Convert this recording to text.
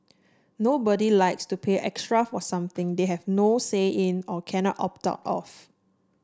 nobody likes to pay extra for something they have no say in or cannot opt out of